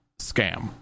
scam